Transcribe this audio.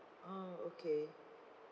orh okay